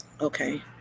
Okay